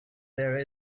there